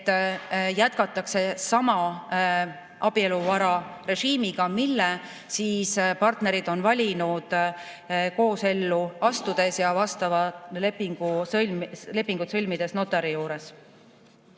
et jätkatakse sama abieluvararežiimiga, mille partnerid on valinud koosellu astudes ja vastavat lepingut notari juures